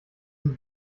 sie